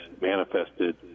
manifested